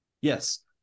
yes